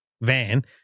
van